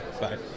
Bye